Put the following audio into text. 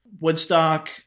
Woodstock